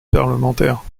parlementaire